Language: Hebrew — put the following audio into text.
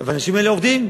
אבל האנשים האלה עובדים.